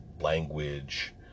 language